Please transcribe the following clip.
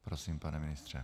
Prosím, pane ministře.